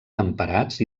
temperats